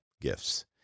gifts